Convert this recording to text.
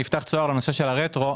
אני אפתח צוהר לנושא של הרטרואקטיביות.